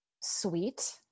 sweet